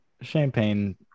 champagne